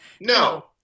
No